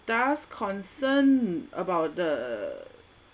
does concern about the